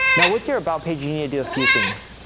now, with your about page, you need to do a few things.